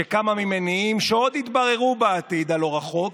שקמה ממניעים שעוד יתבררו בעתיד הלא-רחוק,